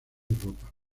ropa